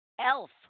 Elf